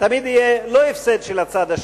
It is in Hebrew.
תמיד יהיה לא הפסד של הצד השני,